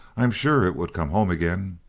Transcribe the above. i'm sure it would come home again.